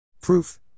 Proof